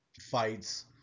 fights